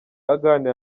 aganira